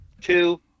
Two